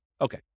Okay